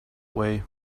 way